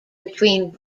between